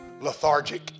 lethargic